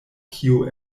kio